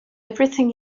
everything